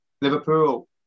Liverpool